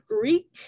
Greek